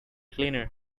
cleaner